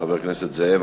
חבר הכנסת זאב.